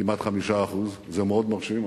כמעט 5%, זה מאוד מרשים.